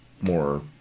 more